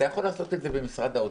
אתה יכול לעשות את זה במשרד האוצר,